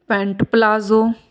pant palazzo